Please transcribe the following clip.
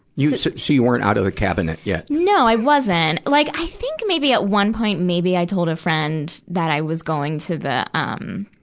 yeah weren't out of the cabinet yet? no. i wasn't. like, i think maybe at one point, maybe i told a friend that i was going to the, um,